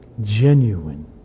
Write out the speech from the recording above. genuine